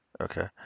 Okay